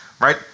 right